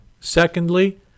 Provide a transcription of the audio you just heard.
Secondly